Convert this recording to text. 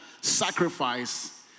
sacrifice